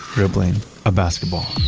dribbling a basketball